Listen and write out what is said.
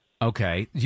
Okay